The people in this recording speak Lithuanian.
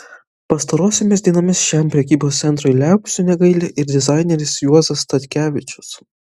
pastarosiomis dienomis šiam prekybos centrui liaupsių negaili ir dizaineris juozas statkevičius